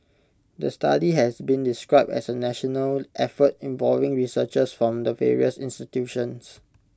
the study has been described as A national effort involving researchers from the various institutions